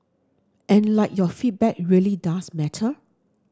and like your feedback really does matter